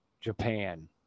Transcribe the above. Japan